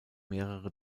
mehrere